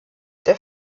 der